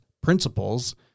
principles